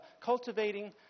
Cultivating